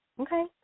Okay